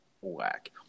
whack